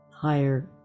higher